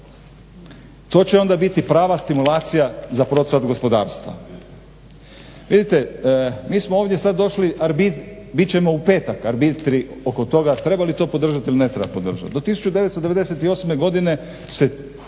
To će onda biti prava stimulacija za procvat gospodarstva. Vidite mi smo ovdje sad došli, a bit ćemo u petak arbitri oko toga treba li to podržat ili ne treba podržat. Do 1998. godine se